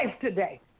today